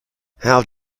how